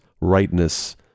rightness